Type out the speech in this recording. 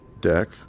deck